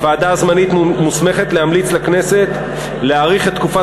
הוועדה הזמנית מוסמכת להמליץ לכנסת להאריך את תקופת